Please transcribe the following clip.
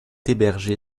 hébergé